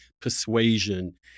persuasion